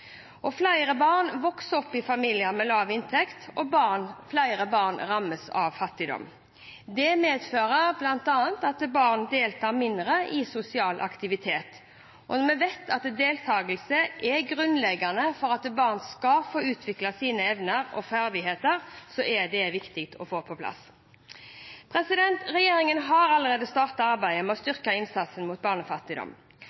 Flere barn vokser opp i familier med lav inntekt, og flere barn rammes av fattigdom. Det medfører bl.a. at barna deltar mindre i sosiale aktiviteter. Vi vet at deltakelse er grunnleggende for at barn skal få utviklet sine evner og ferdigheter, så det er viktig å få på plass. Regjeringen har allerede startet arbeidet med å